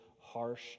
harsh